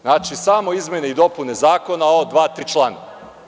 Znači, samo izmene i dopune zakona o dva tri člana.